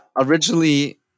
originally